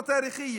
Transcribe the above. הזדמנות היסטורית.